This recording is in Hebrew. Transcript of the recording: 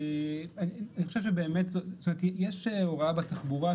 יש הוראה בתחבורה,